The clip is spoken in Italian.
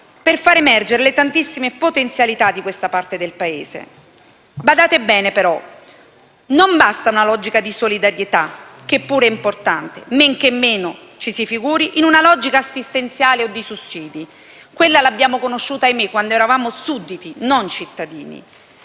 per far emergere le tantissime potenzialità di questa parte del Paese. Badate bene, però: non basta una logica di solidarietà, che pure è importante, e men che meno ci si figuri in una logica assistenziale o di sussidi. Quella l'abbiamo conosciuta - ahimè - quando eravamo sudditi, non cittadini.